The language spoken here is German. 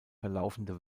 verlaufende